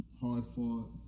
hard-fought